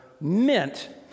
meant